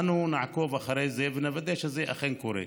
אנו נעקוב אחר זה ונוודא שזה אכן קורה.